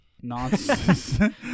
nonsense